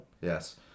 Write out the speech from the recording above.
Yes